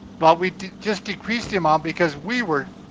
but we just decreased the amount because we were,